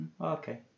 Okay